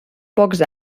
pocs